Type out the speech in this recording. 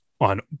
on